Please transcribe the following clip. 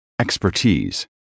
expertise